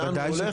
לאן הולך.